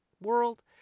world